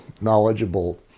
knowledgeable